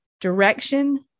direction